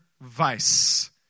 vice